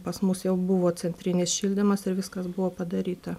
pas mus jau buvo centrinis šildymas ir viskas buvo padaryta